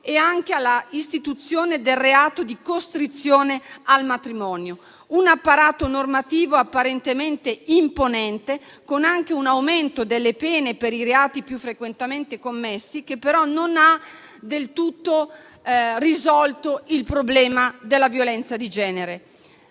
al *revenge porn*) e il reato di costrizione al matrimonio. Si tratta di un apparato normativo apparentemente imponente, con anche un aumento delle pene per i reati più frequentemente commessi, che però non ha del tutto risolto il problema della violenza di genere.